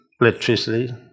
Electricity